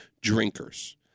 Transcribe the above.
drinkers